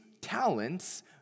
talents